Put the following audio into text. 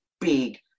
big